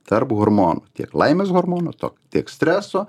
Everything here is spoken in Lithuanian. tarp hormonų tiek laimės hormonų tok tiek streso